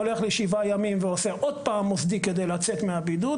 הולך לשבעה ימים ועושה עוד פעם מוסדי כדי לצאת מהבידוד,